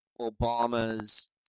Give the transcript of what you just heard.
Obama's